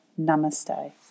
Namaste